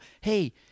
hey